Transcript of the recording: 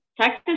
Texas